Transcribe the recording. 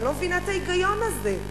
אני לא מבינה את ההיגיון הזה.